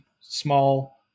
small